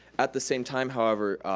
at the same time however,